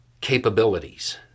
capabilities